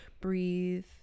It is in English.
breathe